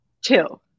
Two